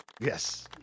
yes